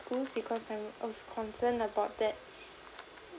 school because I'm also concern about that